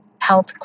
health